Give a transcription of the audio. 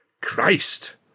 Christ